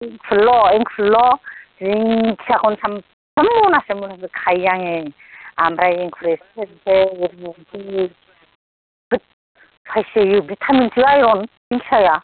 एंखुरल' एंखुरल' दिंखियाखौनो सानफ्रोमबो मनासे खायो आङो ओमफ्राय एंखुर एसे होनोसै होद साइज जायो भिटामिन सो आयं दिंखियाया